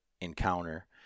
Encounter